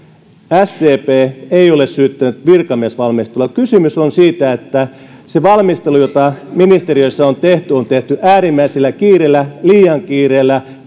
sdp ei ole syyttänyt virkamiesvalmistelua kysymys on siitä että se valmistelu jota ministeriössä on tehty on tehty äärimmäisellä kiireellä liian kiireellä